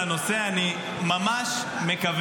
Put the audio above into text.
בלי מנהלות הסיעה ומנהלי הסיעה אין לנו זכות קיום.